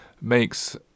makes